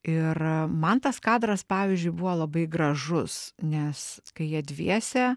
ir man tas kadras pavyzdžiui buvo labai gražus nes kai jie dviese